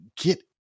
get